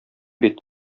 бит